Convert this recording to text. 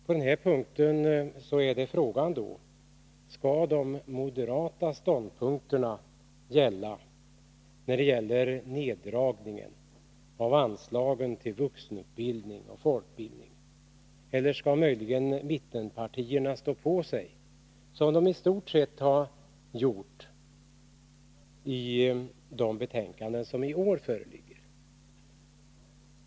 På den här punkten är då frågan: Skall de moderata ståndpunkterna gälla vad beträffar neddragningen av anslagen till vuxenutbildningen och folkbildningen eller skall möjligen mittenpartierna stå på sig, som de i stort sett har gjort i de betänkanden som i år föreligger?